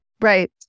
Right